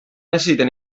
necessiten